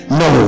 no